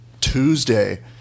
Tuesday